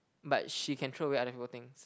but she can throw away other people things